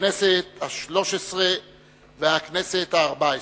הכנסת השלוש-עשרה והכנסת הארבע-עשרה.